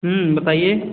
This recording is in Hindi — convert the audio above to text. बताइए